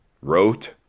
wrote